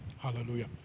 hallelujah